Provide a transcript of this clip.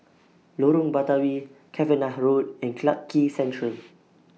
Lorong Batawi Cavenagh Road and Clarke Quay Central